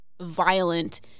violent